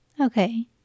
Okay